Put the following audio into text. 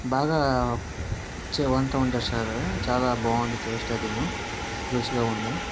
బాగా చే వంట వండారు సార్ చాలా బాగుంది టేస్ట్ అదీను రుచిగా ఉంది